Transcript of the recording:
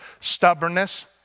Stubbornness